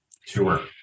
Sure